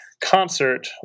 concert